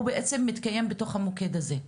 הוא בעצם מתקיים במוקד הזה.